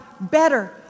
better